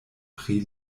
pri